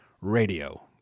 RADIO